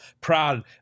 proud